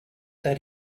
that